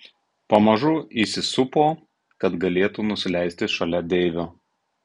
pamažu įsisupo kad galėtų nusileisti šalia deivio